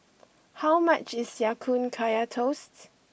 how much is Ya Kun Kaya Toasts